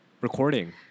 recording